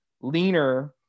leaner